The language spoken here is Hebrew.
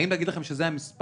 האם להגיד לכם שזה המספר?